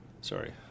Sorry